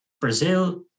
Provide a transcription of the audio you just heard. Brazil